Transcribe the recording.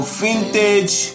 vintage